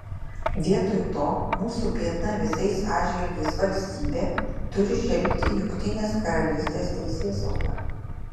vietoj to mūsų biedna visais atžvilgiais valstybė turi šelpti jungtinės karalystės teisėsaugą